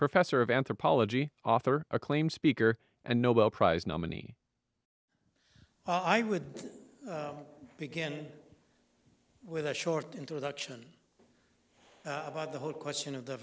professor of anthropology author acclaimed speaker and nobel prize nominee i would begin with a short introduction about the whole question of the